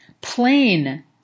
Plain